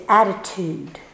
attitude